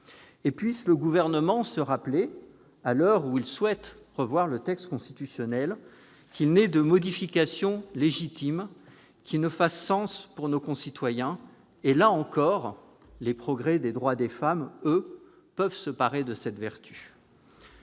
Puisse le Gouvernement se rappeler, à l'heure où il souhaite revoir le texte constitutionnel, qu'il n'est pas de modification légitime qui ne fasse sens pour tous nos concitoyens. Or les progrès des droits des femmes peuvent se parer de cette vertu.